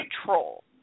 control